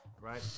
right